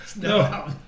No